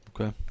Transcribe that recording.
Okay